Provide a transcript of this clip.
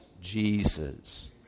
Jesus